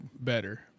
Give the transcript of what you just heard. better